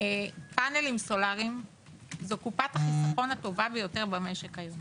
פנלים סולריים זו קופת החיסכון הטובה ביותר במשק היום